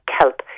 kelp